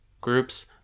groups